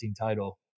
title